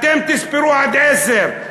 אתם, תספרו עד עשר.